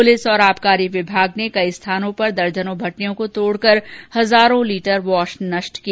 police और आबकारी विभाग ने कई स्थानों पर दर्जनों भट्टियों को तोड़कर हजारों लीटर वॉश नष्ट किया